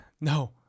No